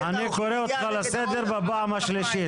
--- אני קורא אותך לסדר בפעם השלישית.